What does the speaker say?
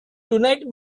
tonight